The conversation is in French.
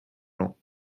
lent